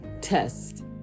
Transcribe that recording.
test